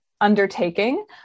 undertaking